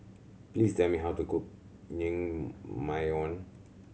please tell me how to cook Naengmyeon